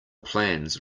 plans